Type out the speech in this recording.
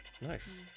Nice